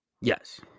Yes